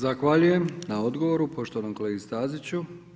Zahvaljujem na odgovoru poštovanom kolegi Staziću.